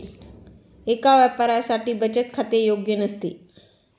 एका व्यापाऱ्यासाठी बचत खाते योग्य नसते